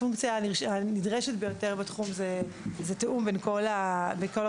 הפונקציה הנדרשת ביותר בתחום זה תיאום בין כל הגורמים.